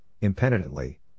impenitently